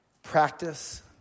Practice